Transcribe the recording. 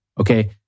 Okay